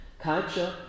Culture